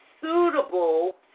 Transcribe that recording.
suitable